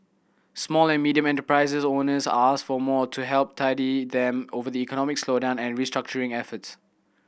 small and medium enterprises owners asked for more to help tide them over the economic slowdown and restructuring efforts